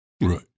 Right